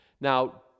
now